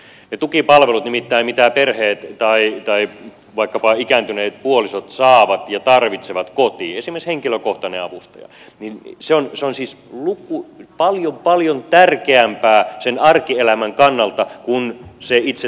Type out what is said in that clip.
ne tukipalvelut nimittäin joita perheet tai vaikkapa ikääntyneet puolisot saavat ja tarvitsevat kotiin esimerkiksi henkilökohtainen avustaja ovat siis paljon paljon tärkeämpiä sen arkielämän kannalta kuin se itse tuki rahana